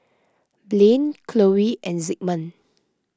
Blane Chloe and Zigmund